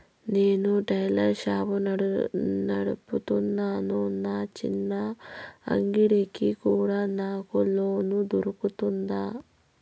నేను tailor shop నడుపుతున్నాను, నా చిన్న అంగడి కి కూడా నాకు లోను దొరుకుతుందా?